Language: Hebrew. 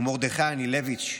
ומרדכי אנילביץ'.